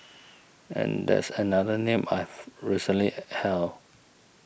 and that's another name I've recently held